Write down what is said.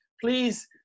please